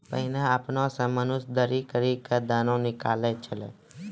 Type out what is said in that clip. पहिने आपने सें मनुष्य दौरी करि क दाना निकालै छलै